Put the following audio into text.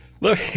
Look